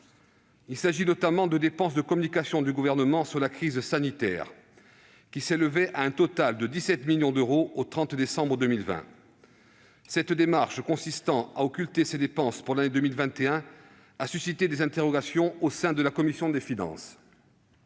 Il s'agit notamment des dépenses de communication du Gouvernement sur la crise sanitaire, qui s'élevaient à un total de 17 millions d'euros au 30 septembre 2020. Cette démarche consistant à occulter ces dépenses pour l'année 2021 a suscité des interrogations au sein de la commission des finances.